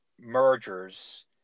mergers